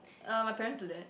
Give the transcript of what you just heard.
uh my parents do that